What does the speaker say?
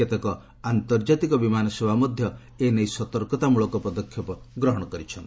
କେତେକ ଆନ୍ତର୍ଜାତିକ ବିମାନ ସେବା ମଧ୍ୟ ଏ ନେଇ ସତର୍କତାମୂଳକ ପଦକ୍ଷେପ ଗ୍ରହଣ କରିଚ୍ଛନ୍ତି